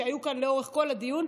שהיו כאן לאורך כל הדיון,